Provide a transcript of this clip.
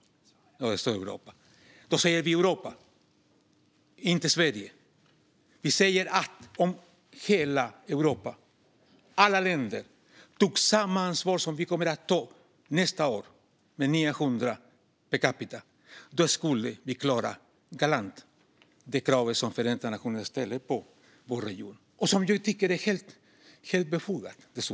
Det står Europa, inte Sverige. Vi säger alltså: Om hela Europa - alla länder - tog samma ansvar som Sverige nästa år kommer att ta genom att ta emot 900 kvotflyktingar skulle vi klara det krav som Förenta nationerna ställer på vår region galant. Jag tycker dessutom att det är ett helt befogat krav.